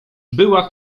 była